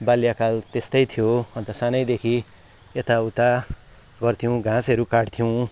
बाल्यकाल त्यस्तै थियो अन्त सानैदेखि यताउता गर्थ्यौँ घाँसहरू काट्थ्यौँ